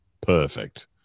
perfect